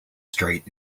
street